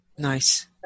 Nice